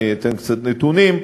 אני אתן קצת נתונים.